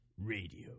Radio